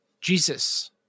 Jesus